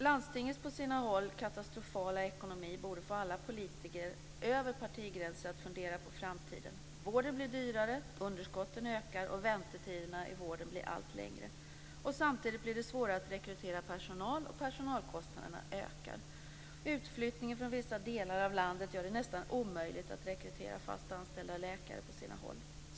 Landstingens på sina håll katastrofala ekonomi borde få alla politiker över partigränserna att fundera på framtiden. Vården blir dyrare, underskotten ökar och väntetiderna i vården blir allt längre. Samtidigt blir det svårare att rekrytera personal, och personalkostnaderna ökar. Utflyttningen från vissa delar av landet gör det nästan omöjligt att rekrytera fast anställda läkare på sina håll.